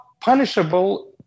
punishable